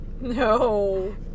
No